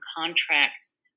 contracts